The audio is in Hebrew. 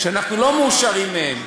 שאנחנו לא מאושרים מהם,